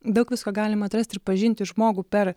daug visko galima atrasti ir pažinti žmogų per